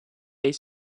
ell